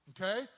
Okay